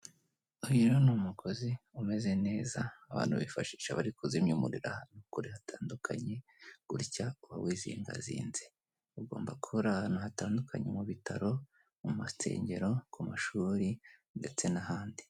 Uyu ni umukozi umeze neza abantu bifashisha bari kuzimya umuriro ahantu hatandukanye gutya uba wizingazinze ugomba kuba ahantu hatandukanye mu bitaro, mu masengero, ku mashuri ndetse n'ahandi.